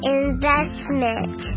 investment